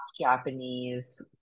Japanese